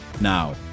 Now